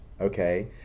okay